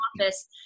office